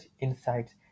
insights